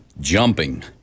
Jumping